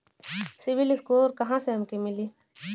CIBIL score कहाँसे हमके मिली?